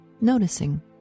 noticing